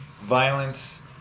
violence